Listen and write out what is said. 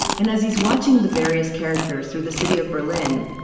and as he's watching the various characters through the city of berlin,